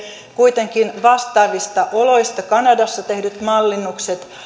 kuitenkin vastaavista oloista kanadasta tehdyt mallinnukset